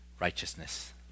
righteousness